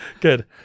good